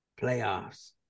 playoffs